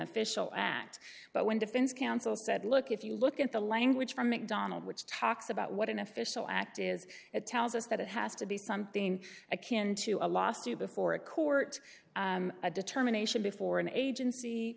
official act but when defense counsel said look if you look at the language from mcdonald which talks about what an official act is it tells us that it has to be something akin to a lawsuit before a court a determination before an agency